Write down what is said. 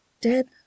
dead